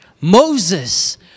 Moses